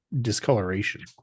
discoloration